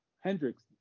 Hendricks